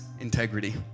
integrity